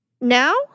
Now